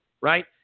right